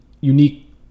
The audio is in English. unique